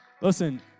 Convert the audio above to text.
Listen